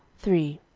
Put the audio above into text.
three.